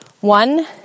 One